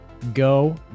Go